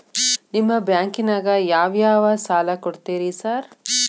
ನಿಮ್ಮ ಬ್ಯಾಂಕಿನಾಗ ಯಾವ್ಯಾವ ಸಾಲ ಕೊಡ್ತೇರಿ ಸಾರ್?